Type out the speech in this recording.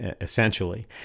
essentially